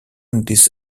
english